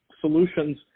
solutions